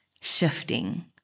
shifting